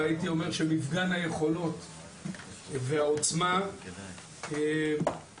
והייתי אומר שמפגן היכולות והעוצמה בא